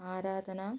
ആരാധന